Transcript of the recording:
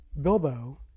Bilbo